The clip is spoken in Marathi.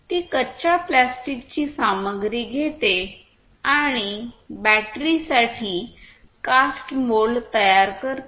ती कच्चा प्लास्टिकची सामग्री घेते आणि बॅटरीसाठी कास्ट मोल्ड तयार करते